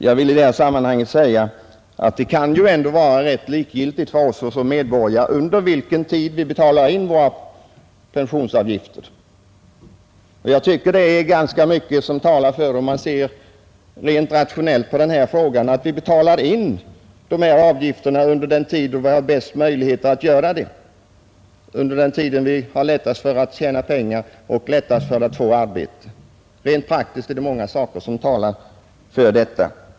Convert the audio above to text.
Jag vill i detta sammanhang säga, att det kan ju ändå vara rätt likgiltigt för oss såsom medborgare under vilken tid vi betalar in våra pensionsavgifter. Jag tycker också att ganska mycket talar för, om man ser rent rationellt och ekonomiskt på denna fråga, att det är bäst om vi betalar in de här avgifterna under den tid då vi har de bästa möjligheterna att göra det, dvs. under den tid då vi har lättast att tjäna pengar och lättast att få arbete. Rent praktiskt är det många saker som talar för detta.